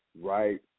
right